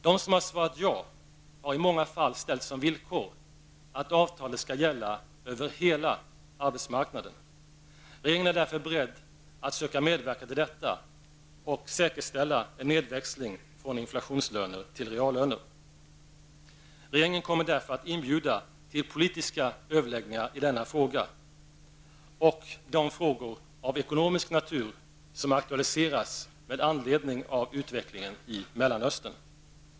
De som har svarat ja har i många fall ställt som villkor att avtalet skall gälla över hela arbetsmarknaden. Regeringen är därför beredd att söka medverka till detta och säkerställa en nedväxling från inflationslöner till reallöner. Regeringen kommer därför att inbjuda till politiska överläggningar i denna fråga och de frågor av ekonomisk natur som aktualiseras med anledning av utvecklingen i Mellanöstern.